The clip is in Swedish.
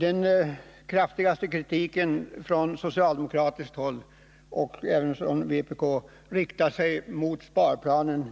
Den kraftigaste kritiken som från socialdemokratiskt håll och även från vpk riktas mot sparplanen